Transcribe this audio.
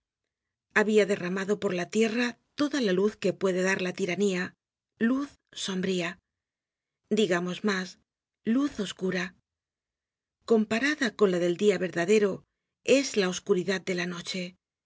habia derramado por la tierra toda la luz que puede dar la tiranía luz sombría digamos mas luz oscura comparada con la del dia verdadero es la oscuridad de la noche